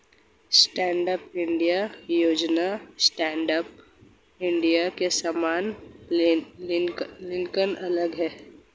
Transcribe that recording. stand up India योजना startup India के समान लेकिन अलग है